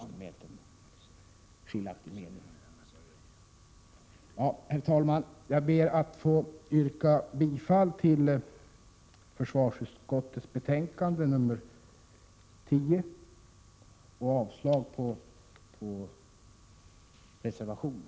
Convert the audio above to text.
Herr talman! Jag ber att få yrka bifall till försvarsutskottets hemställan i betänkandet nr 10 och avslag på reservationen.